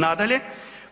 Nadalje,